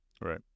Right